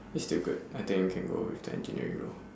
is still good I think can go with the engineering role